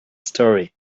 story